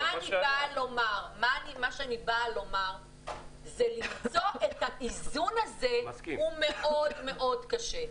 ולכן מה שאני באה לומר זה למצוא את האיזון הזה הוא מאוד מאוד קשה.